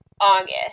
August